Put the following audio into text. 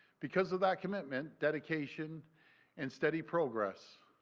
because of that commitment, dedication and steady progress,